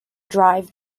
drive